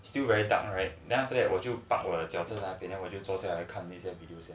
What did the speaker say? still very dark right then after that 我就把我的脚车 up and then 我就坐在那边看 videos